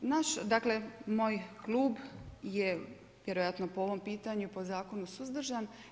Naš, dakle moj klub je vjerojatno po ovom pitanju po zakonu suzdržan.